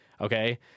okay